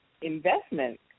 investment